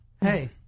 hey